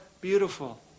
beautiful